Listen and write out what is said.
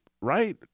right